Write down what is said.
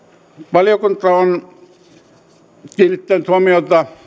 valiokunta on kiinnittänyt huomiota